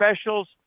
specials